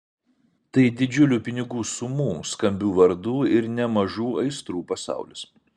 tai didžiulių pinigų sumų skambių vardų ir nemažų aistrų pasaulis